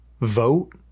vote